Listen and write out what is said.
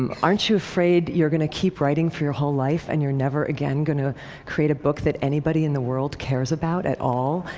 um aren't you afraid you're going to keep writing for your whole life and you're never again going to create a book that anybody in the world cares about at all,